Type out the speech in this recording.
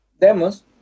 demos